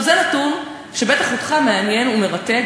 זה נתון שבטח אותך מעניין ומרתק,